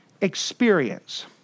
experience